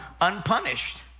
unpunished